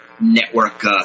network